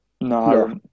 No